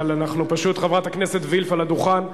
אבל חברת הכנסת וילף על הדוכן.